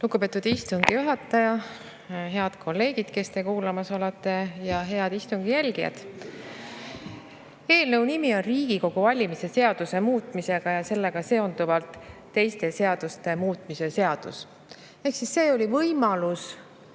Lugupeetud istungi juhataja! Head kolleegid, kes te kuulamas olete! Head istungi jälgijad! Eelnõu nimi on Riigikogu valimise seaduse muutmise ja sellega seonduvalt teiste seaduste muutmise seaduse [eelnõu].